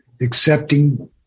accepting